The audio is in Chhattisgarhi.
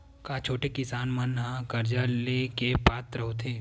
का छोटे किसान मन हा कर्जा ले के पात्र होथे?